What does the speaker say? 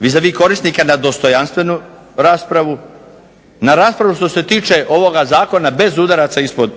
vis korisnika na dostojanstvenu raspravu, na raspravu što se tiče ovog zakona bez udaraca ispod